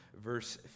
verse